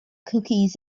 cookies